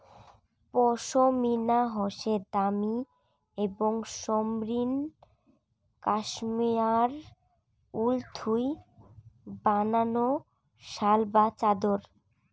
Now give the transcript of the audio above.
পশমিনা হসে দামি এবং মসৃণ কাশ্মেয়ার উল থুই বানানো শাল বা চাদর